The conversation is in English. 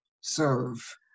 Serve